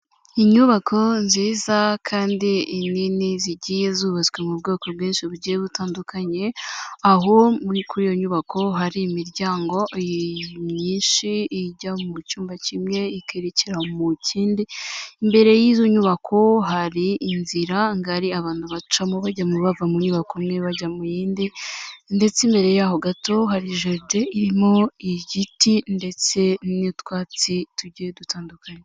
Inyubako nziza kandi nini zigiye zubatswe mu bwoko bwinshi bugiye butandukanye, aho muri kuri iyo nyubako hari imiryango myinshi ijya mu cyumba kimwe, ikerekera mu kindi, imbere y'izo nyubako hari inzira ngari abantu bacamo bajyamo bava mu nyubako imwe bajya mu yindi, ndetse imbere yaho gato hari jaride irimo igiti, ndetse n'utwatsi tugiye dutandukanye.